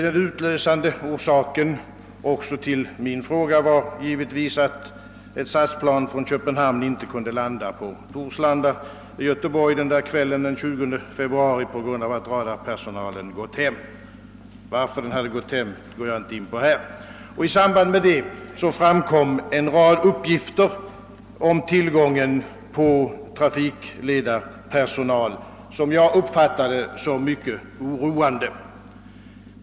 Den utlösande orsaken också till min fråga var givetvis, att ett SAS-plan från Köpenhamn inte kunde landa på Torslanda i Göteborg kvällen den 20 februari på grund av att radarpersonalen hade gått hem. Varför den hade gått hem går jag inte in på här. I samband därmed framkom en del uppgifter om tillgången på trafikledarpersonal, som jag uppfattar såsom mycket oroande.